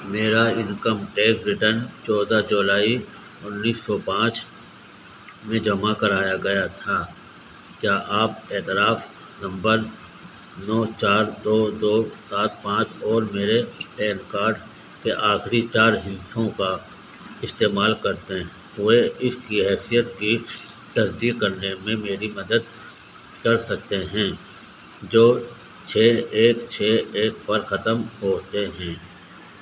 میرا income tax return چودہ جولائی انیس سو پانچ میں جمع کرایا گیا تھا کیا آپ اعتراف نمبر نو چار دو دو سات پانچ اور میرے پین کارڈ کے آخری چار ہندسوں کا استعمال کرتے ہیں ہوئے اس کی حیثیت کی تصدیق کرنے میں میری مدد کر سکتے ہیں جو چھ ایک چھ ایک پر ختم ہوتے ہیں